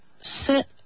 sit